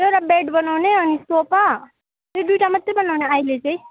एउटा बेड बनाउने अनि सोफा त्यो दुईवटा मात्रै बनाउने अहिले चाहिँ